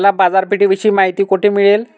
मला बाजारपेठेविषयी माहिती कोठे मिळेल?